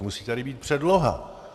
Musí tady být předloha.